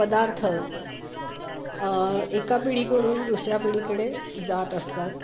पदार्थ एका पिढीकडून दुसऱ्या पिढीकडे जात असतात